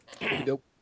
Nope